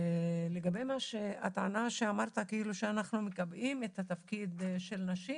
לגבי הטענה שאמרת שאנחנו מקבעים את התפקיד של נשים